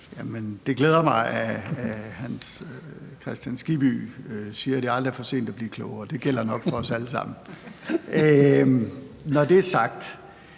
Wammen): Det glæder mig, at Hans Kristian Skibby siger, at det aldrig er for sent at blive klogere. Det gælder nok for os alle sammen. Når det er sagt,